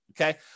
okay